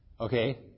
okay